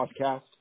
podcast